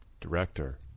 director